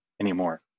anymore